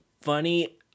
funny